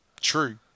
true